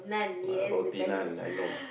ah roti naan I know